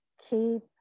keep